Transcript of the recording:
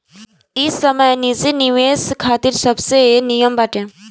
इ समय निजी निवेश खातिर सबसे निमन बाटे